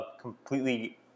completely